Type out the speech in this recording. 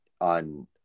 on